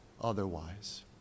otherwise